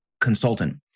consultant